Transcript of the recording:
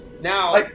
Now